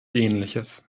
ähnliches